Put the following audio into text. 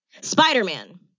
Spider-Man